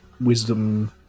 Wisdom